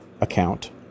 account